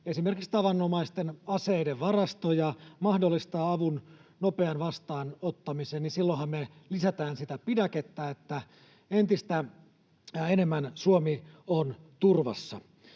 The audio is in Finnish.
esimerkiksi tavanomaisten aseiden varastoja ja mahdollistaa avun nopean vastaanottamisen, niin silloinhan me lisätään sitä pidäkettä, niin että entistä enemmän Suomi on turvassa.